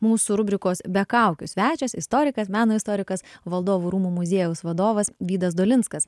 mūsų rubrikos be kaukių svečias istorikas meno istorikas valdovų rūmų muziejaus vadovas vydas dolinskas